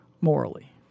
morally